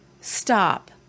Stop